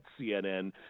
CNN